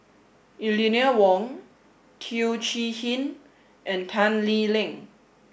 Eleanor Wong Teo Chee Hean and Tan Lee Leng